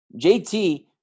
JT